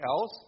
else